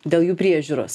dėl jų priežiūros